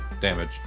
damage